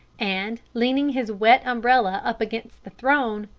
and, leaning his wet umbrella up against the throne,